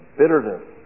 bitterness